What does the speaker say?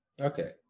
okay